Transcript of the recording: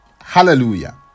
Hallelujah